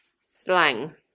slang